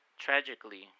tragically